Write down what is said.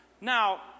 now